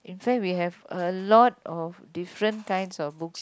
in fact we have a lot of different kinds of books